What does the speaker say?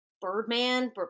Birdman